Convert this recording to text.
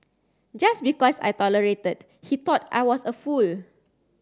just because I tolerated he thought I was a fool